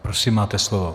Prosím, máte slovo.